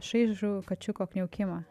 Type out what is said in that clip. šaižų kačiuko kniaukimą